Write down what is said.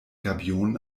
gabionen